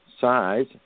size